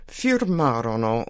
firmarono